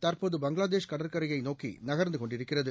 தற்போது பங்களாதேஷ் கடற்கரையை நோக்கி நகர்ந்து கொண்டிருக்கிறது